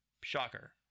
Shocker